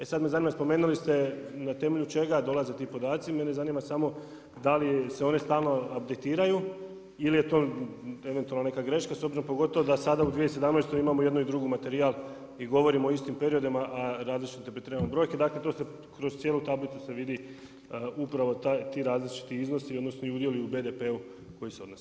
E sada me zanima spomenuli ste na temelju čega dolaze ti podaci, mene zanima samo da li se one stalno abditiraju ili je to eventualno neka greška s obzirom pogotovo da sada u 2017. imamo jedan i drugi materijal i govorimo o istom periodima, a različito … brojke, dakle to se kroz cijelu tablicu se vidi upravo ti različiti iznosi odnosno udjeli u BDP-u koji se odnose.